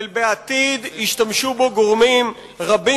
ובעתיד ישתמשו בו גורמים רבים,